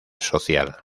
social